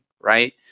right